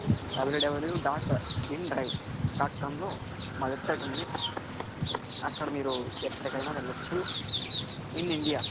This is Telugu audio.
డబ్ల్యూడబ్ల్యూ డాట్ఇన్ డైవ్ డాట్ కమ్లో మా వెబ్సైట్ ఉంది అక్కడ మీరు ఎక్కడికైనా వెళ్ళచ్చు ఇన్ ఇండియా